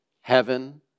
heaven